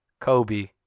Kobe